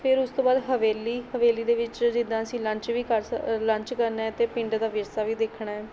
ਫਿਰ ਉਸ ਤੋਂ ਬਾਅਦ ਹਵੇਲੀ ਹਵੇਲੀ ਦੇ ਵਿੱਚ ਜਿੱਦਾਂ ਅਸੀਂ ਲੰਚ ਵੀ ਕਰ ਸ ਲੰਚ ਕਰਨਾ ਅਤੇ ਪਿੰਡ ਦਾ ਵਿਰਸਾ ਵੀ ਦੇਖਣਾ ਹੈ